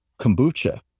kombucha